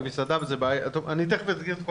וזאת בעיה תכף אדגים את הכול,